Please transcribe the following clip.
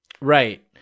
Right